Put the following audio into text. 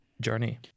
journey